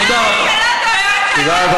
תודה רבה.